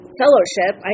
fellowship